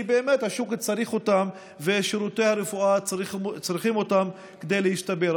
כי השוק באמת צריך אותם ושירותי הרפואה צריכים אותם כדי להשתפר.